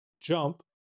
jump